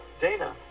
Dana